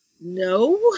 No